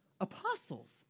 apostles